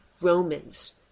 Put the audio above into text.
Romans